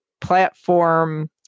platform